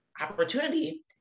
opportunity